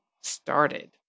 started